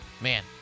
Man